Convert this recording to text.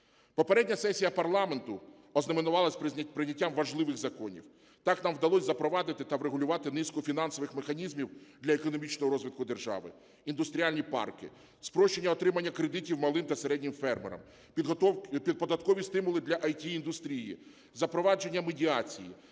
Попередня сесія парламенту ознаменувалася прийняттям важливих законів. Так, там вдалося запровадити та врегулювати низку фінансових механізмів для економічного розвитку держави, індустріальні парки, спрощення отримання кредитів малим та середнім фермерам, податкові стимули для ІТ-індустрії, запровадження медіації,